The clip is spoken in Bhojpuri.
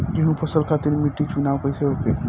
गेंहू फसल खातिर मिट्टी चुनाव कईसे होखे?